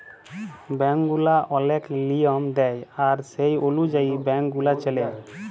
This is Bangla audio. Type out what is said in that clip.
ব্যাংক গুলা ওলেক লিয়ম দেয় আর সে অলুযায়ী ব্যাংক গুলা চল্যে